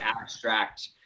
abstract